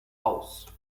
aus